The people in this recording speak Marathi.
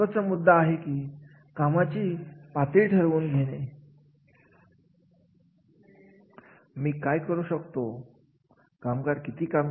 आणि मग इथे खूप महत्त्वाचे ठरते ते म्हणजे या कार्याची मूल्यमापन कसे केले